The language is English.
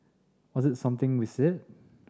was it something we said